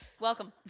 welcome